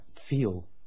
feel